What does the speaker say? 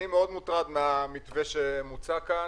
אני מאוד מודאג מהמתווה שמוצע כאן.